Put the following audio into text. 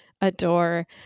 adore